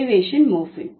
derivation morpheme